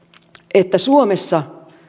että suomessa